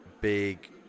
big